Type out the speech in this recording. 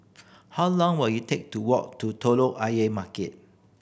how long will it take to walk to Telok Ayer Market